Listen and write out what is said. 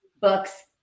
books